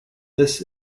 this